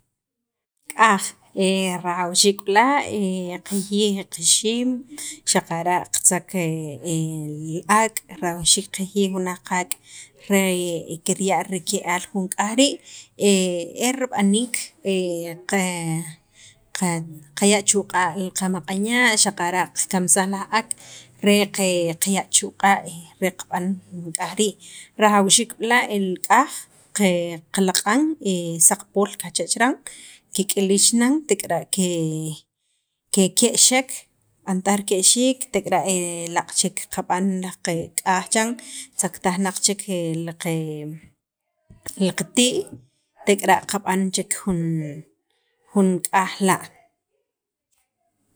k'aj rajawxiik b'la' qajiyij qixiim, xaqara' qatzaq li ak', rajawxiik qajiyij jun laj qaak' re kirya' rike'aal jun k'aj rii' e rib'aniik qe qaya' chu q'a' li qamaq'anya' xaqara' qakamsaj laj ak', re qaya' chu' q'a' re qab'an li k'aj rii' rajawxiik b'la' el k'aj qalaq'an saqpool kajcha chiran, kik'ilixnan tek'ara' ke ke'xek tek'ara' laaq' chek qab'an laj qak'aj chiran tzaqtajnaq chek li qatii' tek'ara' qab'an chek jun k'aj la'